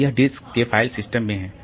तो यह डिस्क के फाइल सिस्टम में है